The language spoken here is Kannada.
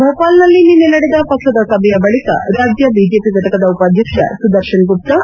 ಭೋಪಾಲ್ನಲ್ಲಿ ನಿನ್ನೆ ನಡೆದ ಪಕ್ಷದ ಸಭೆಯ ಬಳಿಕ ರಾಜ್ಯ ಬಿಜೆಪಿ ಫಟಕದ ಉಪಾಧ್ವಕ್ಷ ಸುದರ್ತನ್ ಗುಪ್ತಾ